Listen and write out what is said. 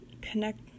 connect